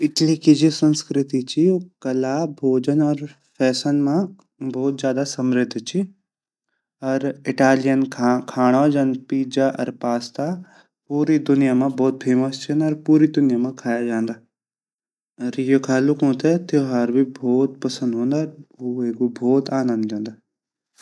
इटली की जु संस्कृति ची उ कला, भोजन अर फैशन भोत ज़्यादा समृद्ध ची अर इतालियन खाणो जन पिज़्ज़ा अर पास्ता पूरी दुनिया मा भोत फेमस छिन अर पूरी दुनिया मा खाया जांदा अर यखा लवकु ते त्यौहार भी भोत पसंद वोन्दा अर उ वेगु भोत आनंद ल्योन्दा।